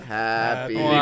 happy